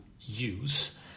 use